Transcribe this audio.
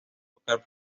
tocar